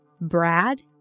Brad